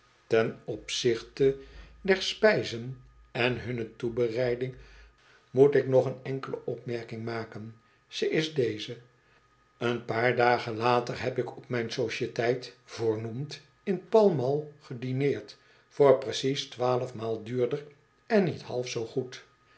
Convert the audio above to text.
ten opzichte der spijzen en hun toebereiding moet ik nog oen enkele opmerking maken ze is deze een paar dagen later heb ik op mijn sociëteit voornoemd in pall mall gedineerd voor precies twaalf maal duurder en niet half zoo goed